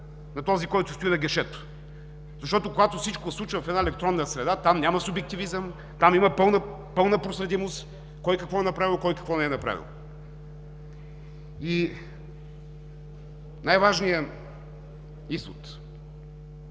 на този, който стои на гишето. Когато всичко се случва в една електронна среда, там няма субективизъм, там има пълна проследимост кой какво е направил и кой какво не е направил. Най-важният извод